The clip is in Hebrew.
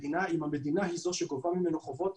שהרבה פעמים הסיבה שהם בכלל לא מכירים ולא יודעים שיש להם חובות,